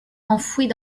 enfouis